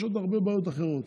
ויש עוד הרבה בעיות אחרות.